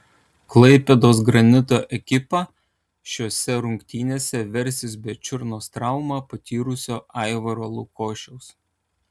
klaipėdos granito ekipa šiose rungtynėse versis be čiurnos traumą patyrusio aivaro lukošiaus